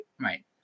Right